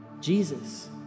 Jesus